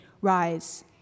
Rise